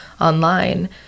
online